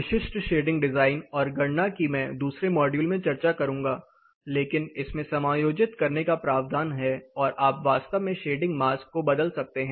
विशिष्ट shading design और गणना की मैं दूसरे मॉड्यूल में चर्चा करूंगा लेकिन इसमें समायोजित करने का प्रावधान है और आप वास्तव में शेडिंग मास्क को बदल सकते हैं